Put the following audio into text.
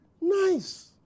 nice